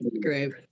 Great